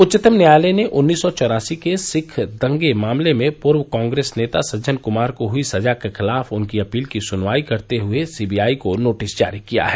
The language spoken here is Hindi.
उच्चतम न्यायालय ने उन्नीस सौ चौरासी के सिख दंगे मामले में पूर्व कांग्रेस नेता सज्जन कुमार को हुई सजा के खिलाफ उनकी अपील की सुनवाई करते हुए सीबीआई को नोटिस जारी किया है